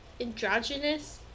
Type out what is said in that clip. androgynous